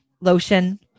lotion